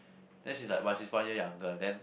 then she's like !wah! she's one year younger then